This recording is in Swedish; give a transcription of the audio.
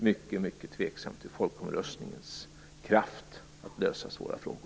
Jag är mycket tveksam till folkomröstningens kraft att lösa svåra frågor.